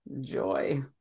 joy